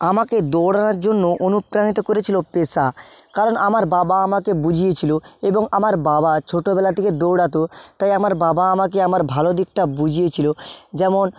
আমাকে দৌড়ানোর জন্য অনুপ্রাণিত করেছিল পেশা কারণ আমার বাবা আমাকে বুঝিয়েছিল এবং আমার বাবা ছোটবেলা থেকে দৌড়াতো তাই আমার বাবা আমাকে আমার ভালো দিকটা বুঝিয়েছিল যেমন